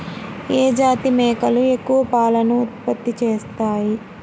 ఏ జాతి మేకలు ఎక్కువ పాలను ఉత్పత్తి చేస్తాయి?